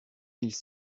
ils